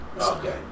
Okay